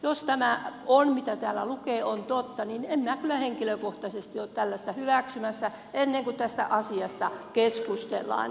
jos tämä mitä täällä lukee on totta niin en minä kyllä henkilökohtaisesti ole tällaista hyväksymässä ennen kuin tästä asiasta keskustellaan